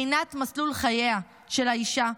בחינת מסלול חייה של האישה,